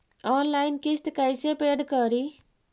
Online किस्त कैसे paid करि?